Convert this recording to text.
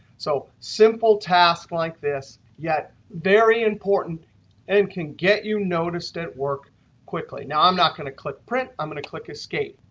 so simple task like this, yet very important and can get you noticed at work quickly. now, i'm not going to click print. i'm going to click escape.